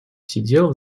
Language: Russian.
сидел